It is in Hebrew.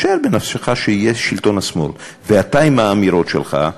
מותר לעשות ולהסתיר את המידע ואת המקורות שלהן,